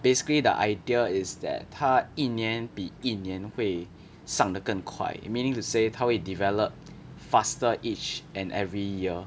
basically the idea is that 他一年比一年会上得更快 meaning to say 他会 develop faster each and every year